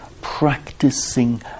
practicing